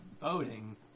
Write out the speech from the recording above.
Voting